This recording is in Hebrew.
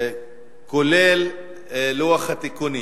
כולל לוח התיקונים.